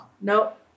Nope